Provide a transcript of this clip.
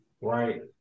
right